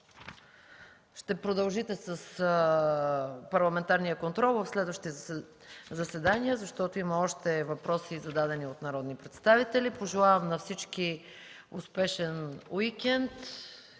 ще продължите с парламентарния контрол в следващи заседания, защото има още въпроси, зададени от народни представители. Пожелавам на всички успешен уикенд